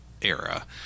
era